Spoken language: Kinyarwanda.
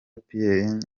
pierre